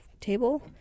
table